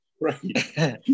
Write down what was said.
right